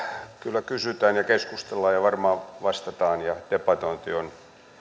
kyllä kysytään ja keskustellaan ja varmaan vastataan ja debatointi